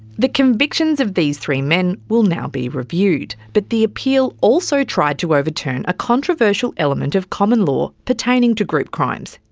the convictions of these three men will now be reviewed, but the appeal also tried to overturn a controversial element of common law pertaining to group crimes,